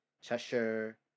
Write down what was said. Cheshire